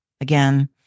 again